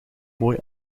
mooi